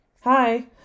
Hi